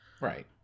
right